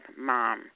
Mom